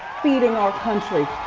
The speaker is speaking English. feeding our country.